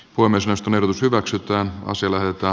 olemme suostuneet hyväksytään se löytää